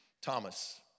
Thomas